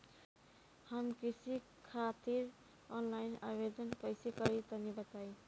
हम कृषि खातिर आनलाइन आवेदन कइसे करि तनि बताई?